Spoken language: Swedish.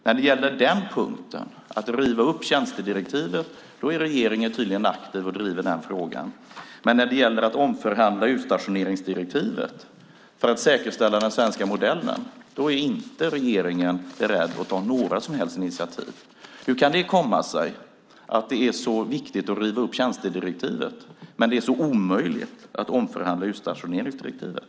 När det gäller den punkten, att riva upp tjänstedirektivet, är regeringen tydligen aktiv och driver frågan, men när det gäller att omförhandla utstationeringsdirektivet för att säkerställa den svenska modellen är inte regeringen beredd att ta några som helst initiativ. Hur kan det komma sig att det är så viktigt att riva upp tjänstedirektivet men så omöjligt att omförhandla utstationeringsdirektivet?